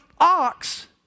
ox